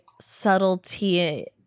subtlety